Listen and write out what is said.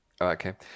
okay